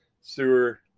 sewer